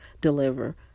deliver